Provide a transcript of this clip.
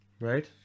Right